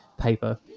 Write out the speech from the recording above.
paper